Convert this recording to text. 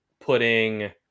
putting